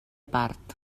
part